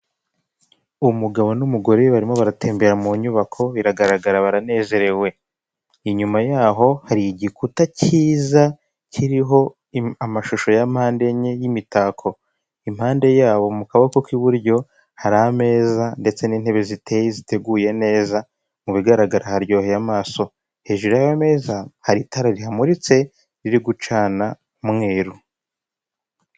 Umugabo n'umugore barimo baratembera mu nyubako biragaragara baranezerewe, inyuma yaho hari igikuta cyiza kiriho amashusho ya mpande enye y'imitako impande yabo mu kaboko k'iburyo hari ameza ndetse n'intebe ziteye, ziteguye neza mu bigaragara nkaryohera amaso hejuru y'ameza hari itara rihamuritse biri gucana mweru.